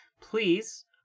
Please